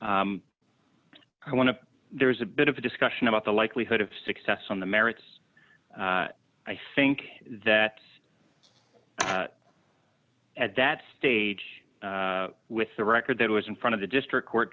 i want to there's a bit of a discussion about the likelihood of success on the merits i think that at that stage with the record that was in front of the district court